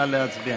נא להצביע.